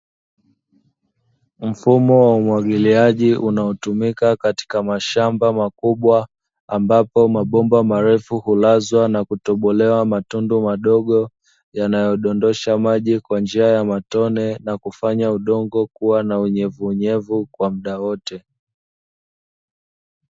Mfumo wa umwagiliaji unaotumika katika mashamba makubwa ambapo mabomba marefu hulazwa na kutobolewa matundu madogo, yanayodondosha maji kwa njia ya matone na kufanya udongo kuwa na unyevuunyevu kwa muda wote.